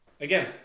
Again